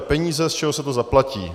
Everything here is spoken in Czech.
Peníze, z čeho se to zaplatí.